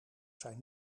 zijn